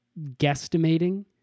guesstimating